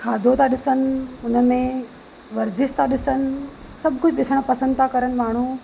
खाधो था ॾिसनि उन में वर्जिश था ॾिसनि सभु कुझु ॾिसनि पसंदि था करनि माण्हू